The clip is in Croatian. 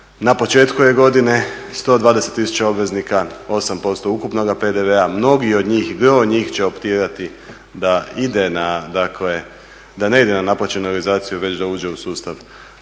na početku je godine 120 000 obveznika, 8% ukupnoga PDV-a, mnogi od njih, gro njih će optirati da ne ide na naplaćenu realizaciju već da uđe u sustav